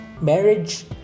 marriage